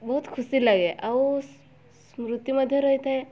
ବହୁତ୍ ଖୁସିର୍ ଲାଗେ ଆଉ ସ୍ମୃତି ମଧ୍ୟ ରହିଥାଏ